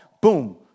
Boom